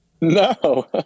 No